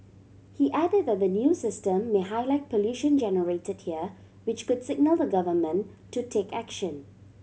he added that the new system may highlight pollution generated here which could signal the Government to take action